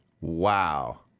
Wow